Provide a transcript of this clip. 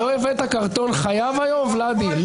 לא הבאת קרטון חלב היום, ולדי?